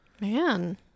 Man